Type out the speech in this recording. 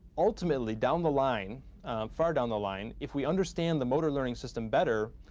ultimately, down the line far down the line if we understand the motor learning system better,